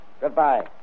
Goodbye